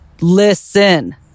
Listen